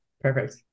perfect